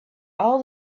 all